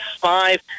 five